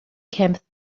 camp